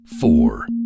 four